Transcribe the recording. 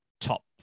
top